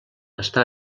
està